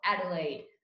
Adelaide